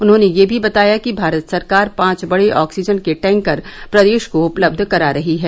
उन्होंने यह भी बताया कि भारत सरकार पांच बड़े ऑक्सीजन के टैंकर प्रदेश को उपलब्ध करा रही है